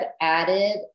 added